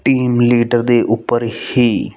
team leader ਦੇ ਉੱਪਰ ਹੀ